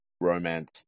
romance